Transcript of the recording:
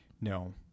No